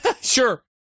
sure